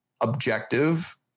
objective